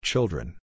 Children